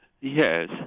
Yes